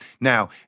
Now